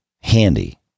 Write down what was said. handy